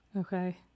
Okay